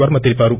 Varma తెలివారు